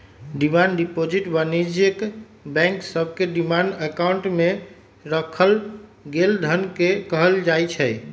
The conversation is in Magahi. डिमांड डिपॉजिट वाणिज्यिक बैंक सभके डिमांड अकाउंट में राखल गेल धन के कहल जाइ छै